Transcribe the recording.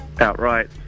outright